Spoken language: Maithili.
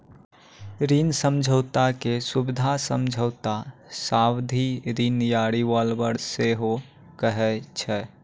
ऋण समझौता के सुबिधा समझौता, सावधि ऋण या रिवॉल्बर सेहो कहै छै